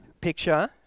picture